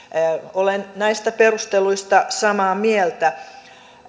olen näistä perusteluista samaa mieltä